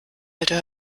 alte